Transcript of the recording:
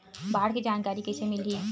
बाढ़ के जानकारी कइसे मिलही?